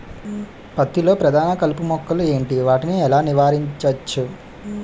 పత్తి లో ప్రధాన కలుపు మొక్కలు ఎంటి? వాటిని ఎలా నీవారించచ్చు?